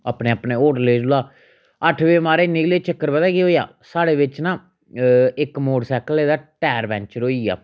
अपने अपने होटले कोला अट्ठ बजे महाराज निकले चक्कर पता केह होएआ साढ़े बिच्च ना इक मोटरसाईकले दा टैर पैंचर होई गेआ